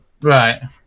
right